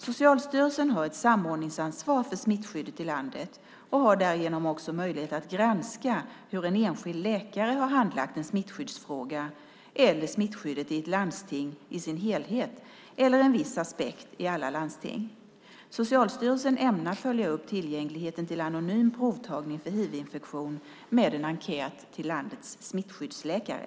Socialstyrelsen har ett samordningsansvar för smittskyddet i landet och har därigenom också möjlighet att granska hur en enskild läkare har handlagt en smittskyddsfråga eller smittskyddet i ett landsting i sin helhet eller en viss aspekt i alla landsting. Socialstyrelsen ämnar följa upp tillgängligheten till anonym provtagning för hivinfektion med en enkät till landets smittskyddsläkare.